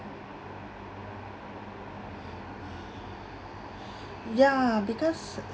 ya because